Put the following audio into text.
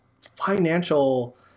financial